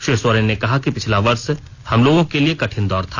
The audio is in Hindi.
श्री सोरेन ने कहा कि पिछला वर्ष हमलोगों के लिए कठिन दौर था